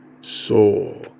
soul